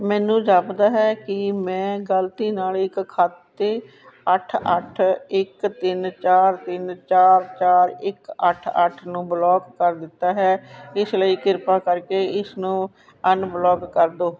ਮੈਨੂੰ ਜਾਪਦਾ ਹੈ ਕਿ ਮੈਂ ਗਲਤੀ ਨਾਲ ਇੱਕ ਖਾਤੇ ਅੱਠ ਅੱਠ ਇੱਕ ਤਿੰਨ ਚਾਰ ਤਿੰਨ ਚਾਰ ਚਾਰ ਇੱਕ ਅੱਠ ਅੱਠ ਨੂੰ ਬਲੌਕ ਕਰ ਦਿੱਤਾ ਹੈ ਇਸ ਲਈ ਕਿਰਪਾ ਕਰਕੇ ਇਸਨੂੰ ਅਨਬਲੌਕ ਕਰ ਦਿਉ